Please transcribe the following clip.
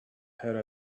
her